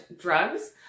drugs